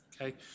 okay